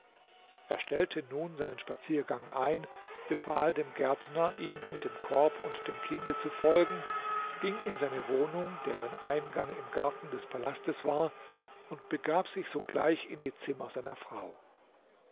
er stellte nun seinen spaziergang ein befahl dem gärtner ihm mit dem korb und dem kinde zu folgen ging in seine wohnung deren eingang im garten des palastes war und begab sich sogleich in die zimmer seiner frau